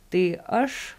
tai aš